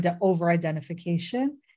over-identification